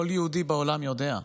כל יהודי בעולם יודע,